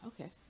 okay